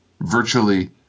virtually